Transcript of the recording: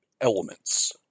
elements